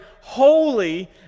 holy